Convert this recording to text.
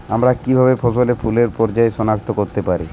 আমরা কিভাবে ফসলে ফুলের পর্যায় সনাক্ত করতে পারি?